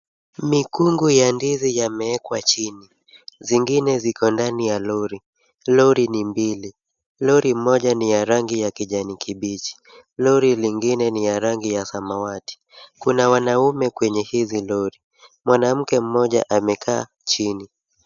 Mikungu ya ndizi yamewekwa chini zingine ziko ndani ya lori. Lori ni mbili, lori moja ni ya rangi ya kijani kibichi. Lori lingine ni ya rangi ya samawati. Kuna wanaume kwenye hizi lori. Mwanamke mmoja amekaa chini.